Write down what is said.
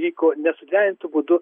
vyko nesudvejintu būdu